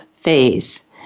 phase